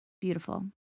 beautiful